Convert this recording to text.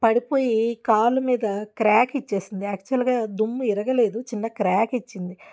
పడిపోయి కాలు మీద క్రాక్ ఇచ్చేసింది యాక్చువల్గా దుమ్ము విరగలేదు చిన్న క్రాక్ ఇచ్చింది